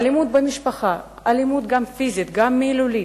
אלימות במשפחה, אלימות פיזית וגם מילולית,